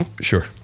Sure